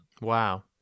wow